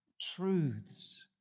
truths